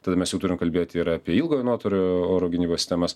tada mes jau turim kalbėti ir apie ilgojo nuotolio oro gynybos sistemas